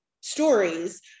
stories